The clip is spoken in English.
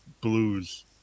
blues